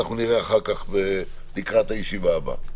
נראה אחר כך לקראת הישיבה הבאה.